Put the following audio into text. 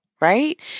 right